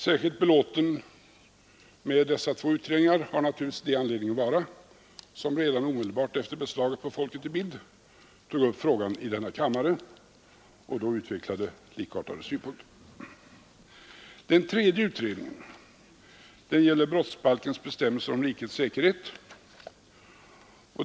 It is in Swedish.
Särskilt belåten med dessa två utredningar har naturligtvis de anledning att vara som redan omedelbart efter beslaget på Folket i Bild/Kulturfront tog upp frågan i riksdagen och då utvecklade liknande synpunkter. Den tredje utredningen gäller brottsbalkens bestämmelser om rikets säkerhet.